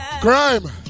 crime